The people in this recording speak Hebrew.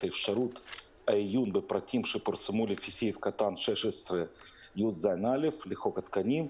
את אפשרות העיון בפרטים שפורסמו לפי סעיף קטן 16יז(א) לחוק התקנים,